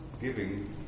giving